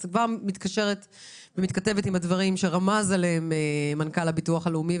זה מתכתב עם הדברים שרמז עליהם מנכ"ל הביטוח הלאומי.